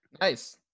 Nice